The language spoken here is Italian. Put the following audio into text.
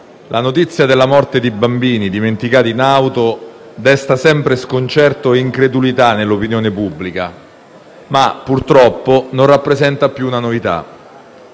la notizia della morte di bambini dimenticati in auto desta sempre sconcerto e incredulità nell'opinione pubblica, ma purtroppo non rappresenta una novità.